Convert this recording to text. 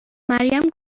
مریم